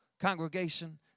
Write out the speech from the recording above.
congregation